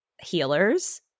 healers